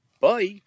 bye